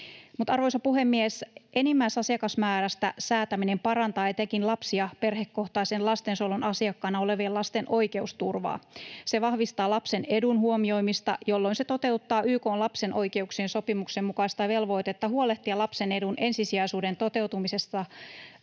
Arvoisa puhemies! Enimmäisasiakasmäärästä säätäminen parantaa etenkin lapsi- ja perhekohtaisen lastensuojelun asiakkaana olevien lasten oikeusturvaa. Se vahvistaa lapsen edun huomioimista, jolloin se toteuttaa YK:n lapsen oikeuksien sopimuksen mukaista velvoitetta huolehtia lapsen edun ensisijaisuuden toteutumisesta